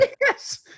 Yes